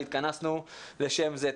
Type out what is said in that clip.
התכנסנו לשם זה.